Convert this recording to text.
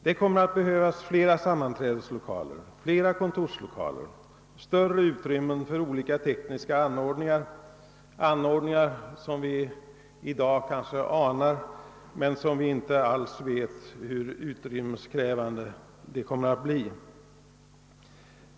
Det kommer att behövas fler sammanträdeslokaler, fler kontorslokaler och större utrymmen för olika tekniska anordningar, vilkas karaktär vi i dag kanske kan ana oss till men vilkas utrymmesbehov vi inte känner till.